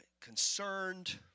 concerned